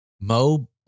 Mo